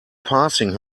passing